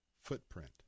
footprint